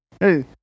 Hey